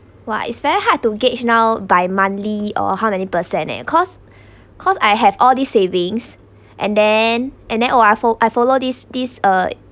!wah! it's very hard to gauge now by monthly or how many percent eh cause cause I have all these savings and then and then oh I fo~ I follow this this uh